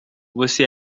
você